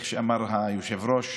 איך אמר היושב-ראש?